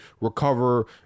recover